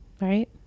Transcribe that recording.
Right